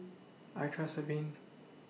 I Trust Avene